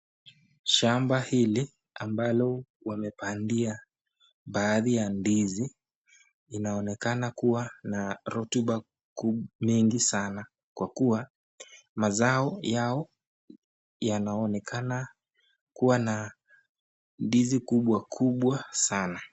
Shamba hili ambalo wamepandia baadhi ya ndizi, inaonekana kuwa na rotuba mingi sana, kwa kuwa mazao yao yanaonekana kuwa na ndizi kubwakubwa sana.